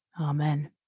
Amen